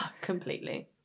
completely